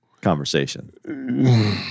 conversation